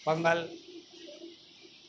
pongal